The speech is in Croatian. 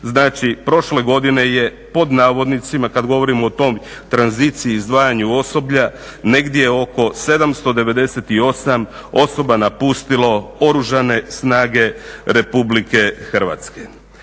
znači prošle godine je pod navodnicima, kad govorimo o toj tranziciji i izdvajanju osoblja, negdje oko 798 osoba napustilo Oružane snage Republike Hrvatske.